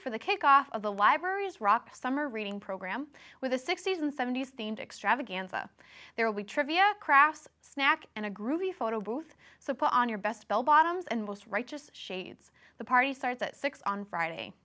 for the kickoff of the library's rock summer reading program with the sixties and seventies themed extravaganza there will be trivia crafts snack and a groovy photo booth so put on your best bell bottoms and most righteous shades the party starts at six on friday